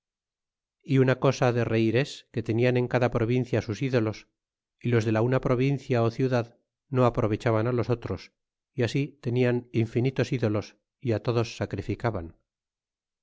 y una cosa de reir es que tenían en cada provincia sus ídolos y los de la una provincia ciudad no aprovechaban á los otros é así tenían infinitos ídolos y á todos sacrificaban